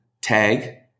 tag